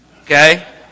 okay